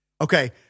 Okay